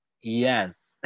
yes